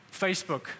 Facebook